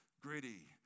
gritty